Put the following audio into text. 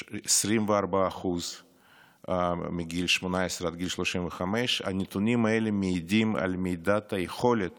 24% מגיל 18 עד גיל 35. הנתונים האלה מעידים על מידת היכולת